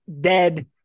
dead